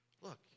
Look